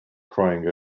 crying